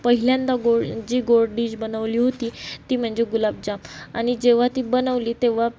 पहिल्यांदा गोड जी गोड डिश बनवली होती ती म्हणजे गुलाबजाम आणि जेव्हा ती बनवली तेव्हा